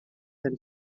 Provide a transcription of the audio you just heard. than